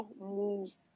moves